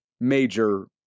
major